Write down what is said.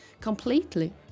completely